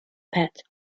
pet